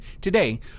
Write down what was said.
Today